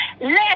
Let